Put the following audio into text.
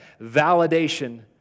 validation